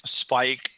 Spike